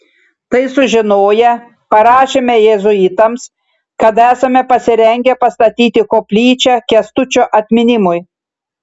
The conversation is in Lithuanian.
tai sužinoję parašėme jėzuitams kad esame pasirengę pastatyti koplyčią kęstučio atminimui